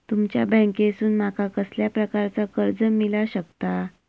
तुमच्या बँकेसून माका कसल्या प्रकारचा कर्ज मिला शकता?